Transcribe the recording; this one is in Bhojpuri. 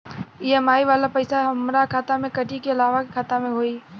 ई.एम.आई वाला पैसा हाम्रा खाता से कटी की अलावा से डाले के होई?